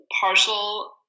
partial